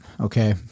okay